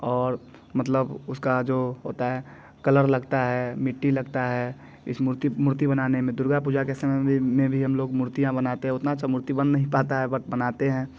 और मतलब उसका जो होता है कलर लगता है मिट्टी लगता है इस मूर्ति मूर्ति बनाने में दुर्गा पूजा के समय में भी हम लोग मूर्तियाँ बनाते हैं उतना अच्छा मूर्ति बन नहीं पाता है बट बनाते हैं